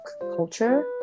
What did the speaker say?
culture